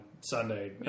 Sunday